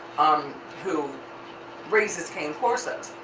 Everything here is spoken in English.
um who raises cane corsos.